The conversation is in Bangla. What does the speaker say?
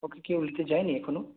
ওকে কেউ নিতে যায়নি এখনও